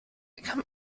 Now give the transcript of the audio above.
come